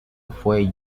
fue